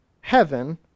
heaven